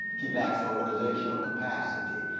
he lacks organizational capacity,